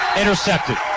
Intercepted